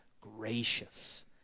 gracious